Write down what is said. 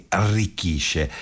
arricchisce